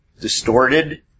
distorted